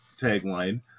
tagline